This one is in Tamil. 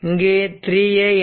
இங்கு 3 i